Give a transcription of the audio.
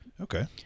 okay